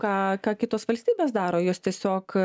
ką ką kitos valstybės daro jos tiesiog